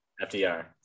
FDR